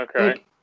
Okay